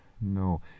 No